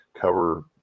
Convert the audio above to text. Cover